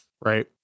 Right